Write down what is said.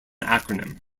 acronym